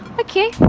okay